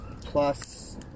plus